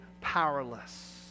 powerless